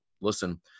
listen